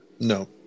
No